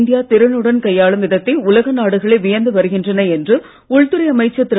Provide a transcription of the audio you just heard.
India திறனுடன் கையாளும் விதத்தை உலக நாடுகளே வியந்து வருகின்றன என்று உள்துறை அமைச்சர் திரு